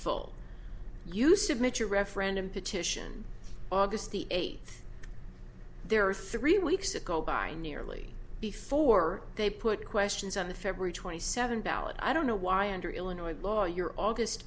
full you submit your referendum petition august the eighth there are three weeks ago by nearly before they put questions on the february twenty seventh ballot i don't know why under illinois law your august